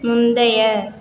முந்தைய